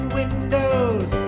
windows